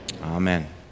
amen